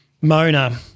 Mona